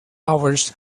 hours